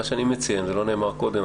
מה שאני מציע ולא נאמר קודם,